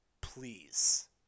please